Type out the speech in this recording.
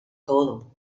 todo